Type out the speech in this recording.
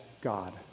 God